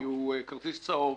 הוא כרטיס צהוב